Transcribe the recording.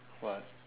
what